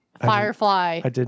Firefly